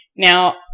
Now